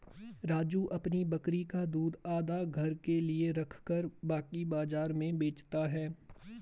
राजू अपनी बकरी का दूध आधा घर के लिए रखकर बाकी बाजार में बेचता हैं